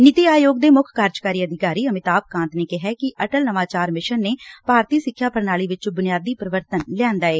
ਨੀਤੀ ਆਯੋਗ ਦੇ ਮੁੱਖ ਕਾਰਜਕਾਰੀ ਅਧਿਕਾਰੀ ਅਮਿਤਾਭ ਕਾਤ ਨੇ ਕਿਹੈ ਕਿ ਅਟਲ ਭਾਰਤੀ ਸਿੱਖਿਆ ਪ੍ਰਣਾਲੀ ਵਿਚ ਬੁਨਿਆਦੀ ਪਰਿਵਰਤਨ ਲਿਆਂਦਾ ਏ